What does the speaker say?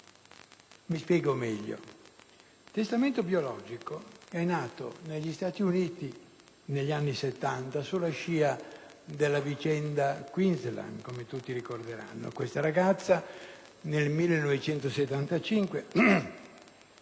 Mi spiego meglio. Il testamento biologico è nato negli Stati Uniti, negli anni Settanta, sulla scia della vicenda Quinlan, come tutti ricorderanno. Questa ragazza era